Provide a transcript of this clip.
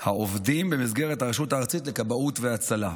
העובדים במסגרת הרשות הארצית לכבאות והצלה,